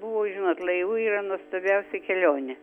buvo žinot laivu yra nuostabiausia kelionė